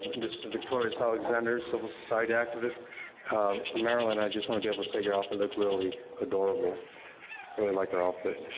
this is victorious alexander, civil society activist, and marilyn, i just want to be able to say your outfit looked really adorable. i really like her outfit.